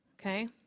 okay